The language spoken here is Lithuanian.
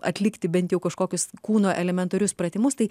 atlikti bent jau kažkokius kūno elementarius pratimus tai